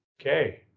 Okay